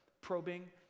probing